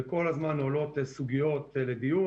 וכל הזמן עולות סוגיות לדיון,